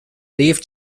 leaf